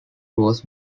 was